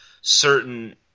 certain